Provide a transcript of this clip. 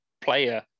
player